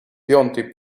piątej